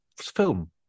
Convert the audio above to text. film